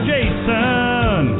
Jason